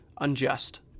unjust